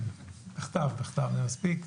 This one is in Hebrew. בכתב זה מספיק.